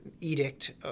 edict